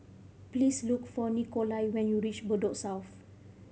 please look for Nikolai when you reach Bedok South